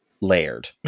layered